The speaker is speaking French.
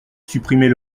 supprimer